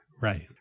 Right